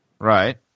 Right